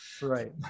Right